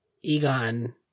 Egon